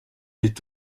est